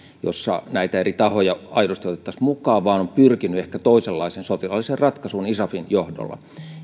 jossa näitä eri tahoja aidosti otettaisiin mukaan vaan on pyrkinyt ehkä toisenlaiseen sotilaalliseen ratkaisuun isafin johdolla